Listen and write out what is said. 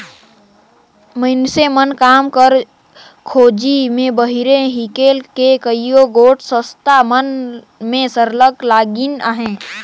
मइनसे मन काम कर खोझी में बाहिरे हिंकेल के कइयो गोट संस्था मन में सरलग लगिन अहें